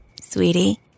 Sweetie